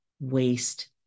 waste